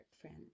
friend